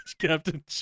Captain